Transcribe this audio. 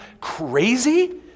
crazy